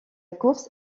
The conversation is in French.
course